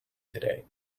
today